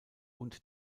und